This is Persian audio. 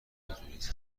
بدونید